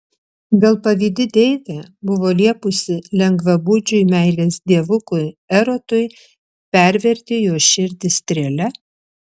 gal pavydi deivė buvo liepusi lengvabūdžiui meilės dievukui erotui perverti jos širdį strėle